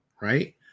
right